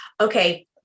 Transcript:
Okay